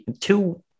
two